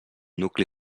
nucli